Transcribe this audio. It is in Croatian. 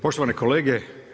Poštovane kolege.